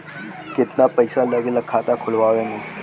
कितना पैसा लागेला खाता खोलवावे में?